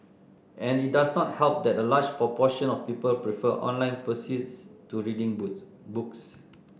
and it does not help that a large proportion of people prefer online pursuits to reading boot books